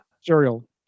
cereal